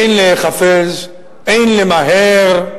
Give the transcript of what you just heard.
אין להיחפז, אין למהר,